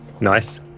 Nice